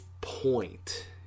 point